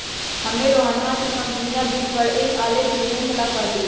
हम्मे रोहनवा के कंपनीया वित्त पर एक आलेख निबंध ला कहली